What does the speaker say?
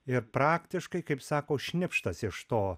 ir praktiškai kaip sako šnipštas iš to